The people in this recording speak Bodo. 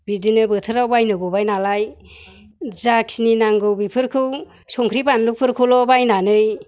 बिदिनो बोथोराव बायनो गबाय नालाय जाखिनि नांगौ बेफोरखौ संख्रि बानलुफोरखौल' बायनानै